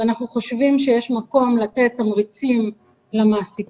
אנחנו חושבים שיש מקום לתת תמריצים למעסיקים